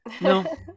No